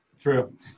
True